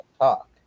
talk